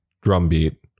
drumbeat